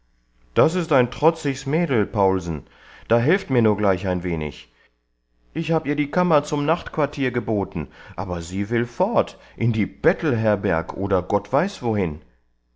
das ist ein trotzigs mädel paulsen da helft mir nur gleich ein wenig ich hab ihr die kammer zum nachtquartier geboten aber sie will fort in die bettelherberg oder gott weiß wohin